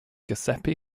giuseppe